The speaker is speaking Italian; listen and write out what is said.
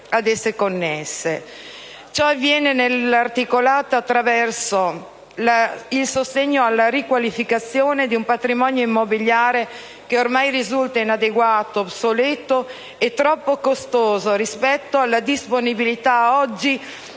Ciò avviene nell'articolato attraverso il sostegno alla riqualificazione di un patrimonio immobiliare che ormai risulta inadeguato, obsoleto e troppo costoso rispetto alla disponibilità oggi di tecnologie